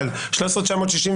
הצבעה לא אושרה נפל.